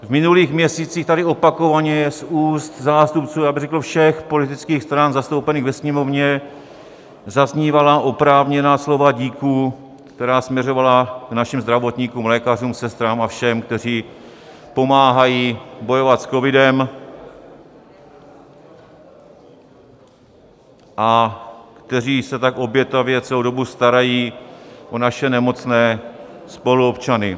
V minulých měsících tady opakovaně z úst zástupců řekl bych všech politických stran zastoupených ve Sněmovně zaznívala oprávněná slova díků, která směřovala k našim zdravotníkům, lékařům, sestrám a všem, kteří pomáhají bojovat s covidem a kteří se tak obětavě celou dobu starají o naše nemocné spoluobčany.